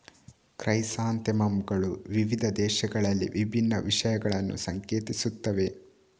chrysanthemum ಗಳು ವಿವಿಧ ದೇಶಗಳಲ್ಲಿ ವಿಭಿನ್ನ ವಿಷಯಗಳನ್ನು ಸಂಕೇತಿಸುತ್ತವೆ